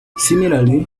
similarly